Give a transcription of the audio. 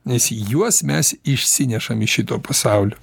nes juos mes išsinešam iš šito pasaulio